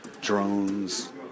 drones